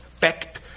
pact